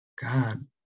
god